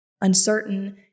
uncertain